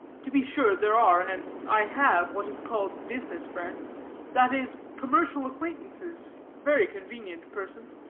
to be sure there are, and i have, what is called business friends that is, commercial acquaintances, very convenient persons.